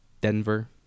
Denver